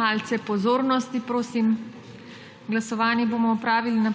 Malce pozornosti prosim. Glasovanje bomo opravili na